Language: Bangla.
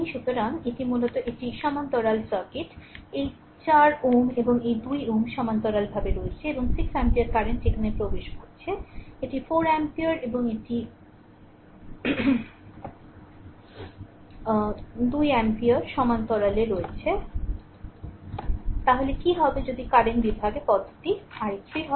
সুতরাং এটি মূলত একটি সমান্তরাল সার্কিট এই 4 Ω এবং এই 2 Ω সমান্তরালভাবে রয়েছে এবং 6 অ্যাম্পিয়ার কারেন্ট এখানে প্রবেশ করছে এটি 4 Ω এবং 2 Ω সমান্তরালে রয়েছে তাহলে কি হবে যদি কারেন্ট বিভাগ পদ্ধতি i3 হবে